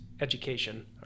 education